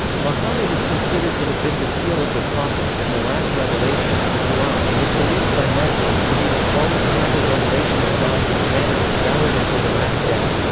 muhammad is considered to have been the seal of the prophets and the last revelation, the qur'an, is believed by muslims to be the flawless final revelation of god to humanity, valid until the last day.